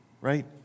right